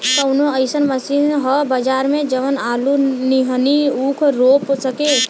कवनो अइसन मशीन ह बजार में जवन आलू नियनही ऊख रोप सके?